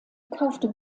kaufte